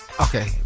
Okay